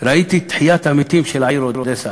וראיתי את תחיית המתים של העיר אודסה,